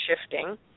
shifting